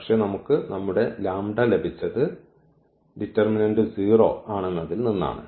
പക്ഷേ നമുക്ക് നമ്മുടെ ലാംബഡ ലഭിച്ചത് ഡിറ്റർമിനന്റ് 0 ആണെന്നതിൽ നിന്നാണ്